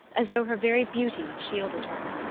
as though her very beauty shielded her.